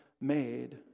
made